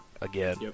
again